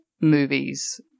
movies